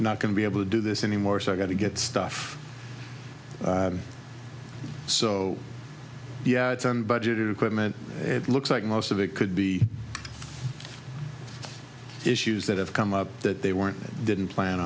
not going to be able to do this anymore so i've got to get stuff so yeah it's on budget equipment it looks like most of it could be issues that have come up that they weren't didn't plan